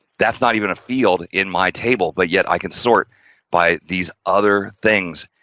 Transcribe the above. that's not even a field in my table but yet, i can sort by these other things,